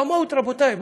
במהות, רבותיי,